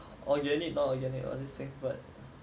organic non organic all these things but